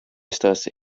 estas